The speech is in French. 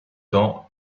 dans